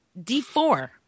D4